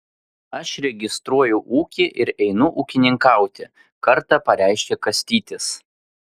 aš registruoju ūkį ir einu ūkininkauti kartą pareiškė kastytis